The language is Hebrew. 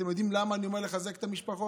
אתם יודעים למה אני אומר "לחזק את המשפחות"?